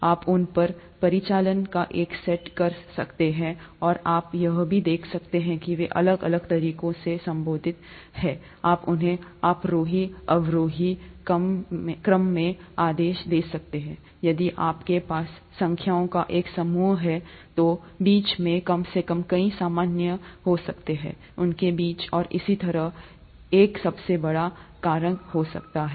आप उन पर परिचालन का एक सेट कर सकते हैं और आप यह भी देख सकते हैं कि वे अलग अलग तरीकों से संबंधित हैं आप उन्हें आरोही अवरोही क्रम में आदेश दे सकते हैं यदि आपके पास संख्याओं का एक समूह है तो बीच में कम से कम कई सामान्य हो सकते हैं उनके बीच और इसी तरह का एक सबसे बड़ा कारक हो सकता है